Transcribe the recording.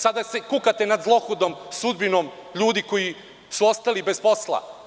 Sada kukate nad zlokudom sudbinom ljudi koji su ostali bez posla.